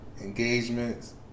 Engagements